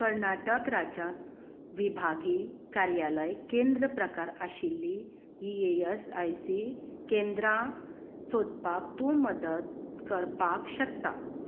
कर्नाटक राज्यांत विभागीय कार्यालय केंद्र प्रकार आशिल्लीं E A S I C केंद्रां सोदपाक तूं मदत करपाक शकता